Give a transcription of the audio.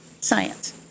Science